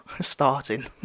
starting